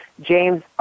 James